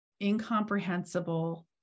incomprehensible